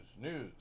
news